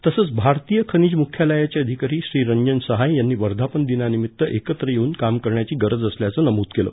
तसंच भारतीय खनिज मुख्यालयाचे अधिकारी श्री रंजन सहाय यांनी वर्षापन दिनानिमित्त एकत्र येवून काम करण्याची गरज असल्याचं नमूद केलं